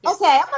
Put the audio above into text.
Okay